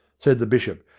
said the bishop,